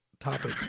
topic